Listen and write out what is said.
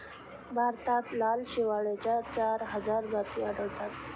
भारतात लाल शेवाळाच्या चार हजार जाती आढळतात